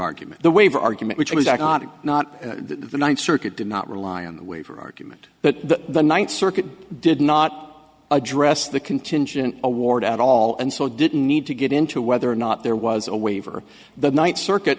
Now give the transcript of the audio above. argument the waiver argument which was agnostic not the ninth circuit did not rely on the waiver argument that the ninth circuit did not address the contingent award at all and so didn't need to get into whether or not there was a waiver the ninth circuit